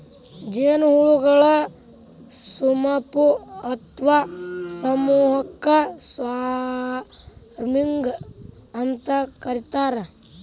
ಜೇನುಹುಳಗಳ ಸುಮಪು ಅತ್ವಾ ಸಮೂಹಕ್ಕ ಸ್ವಾರ್ಮಿಂಗ್ ಅಂತ ಕರೇತಾರ